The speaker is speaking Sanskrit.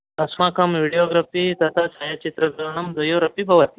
अस्माकं वीडियोग्राफि तथा छायाचित्रग्रहणं द्वयोरपि भवति